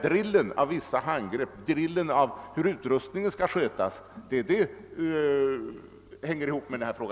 Drillen av vissa handgrepp, drillen av hur utrustningen skall skötas är bara ett par exempel på vad som hänger ihop med denna fråga.